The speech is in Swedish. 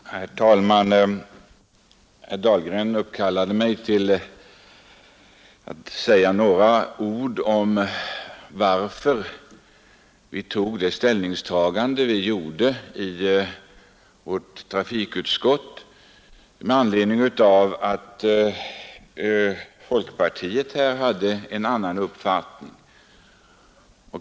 Herr talman! Herr Dahlgren uppkallade mig att säga några ord om varför trafikutskottet tog den ställning det gjorde med anledning av att folkpartiet demonstrerade annan uppfattning.